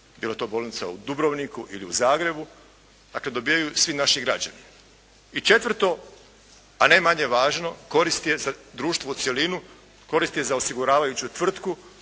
bilo to bolnica u Dubrovniku ili u Zagrebu, dakle dobivaju svi naši građani. I četvrto, a ne manje važno, korist je za društvo u cjelini, korist je za osiguravajuću tvrtku,